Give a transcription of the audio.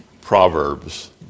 Proverbs